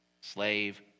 slave